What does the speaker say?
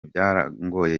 byarangoye